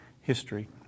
history